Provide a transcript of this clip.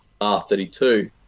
R32